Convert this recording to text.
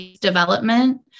development